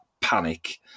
panic